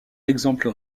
exemple